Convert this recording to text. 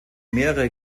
mehrere